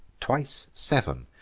twice sev'n,